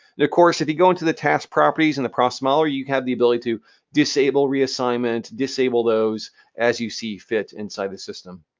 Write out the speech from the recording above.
course, if you go into the task properties in the process modeler, you have the ability to disable reassignment, disable those as you see fit inside the system.